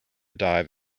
dive